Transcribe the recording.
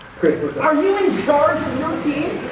chris listen are you in charge of your team?